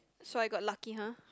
so I got lucky [huh]